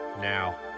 Now